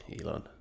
Elon